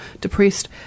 depressed